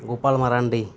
Gopal Marandi